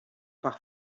par